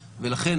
בוקר טוב לכולם,